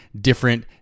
different